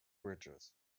bridges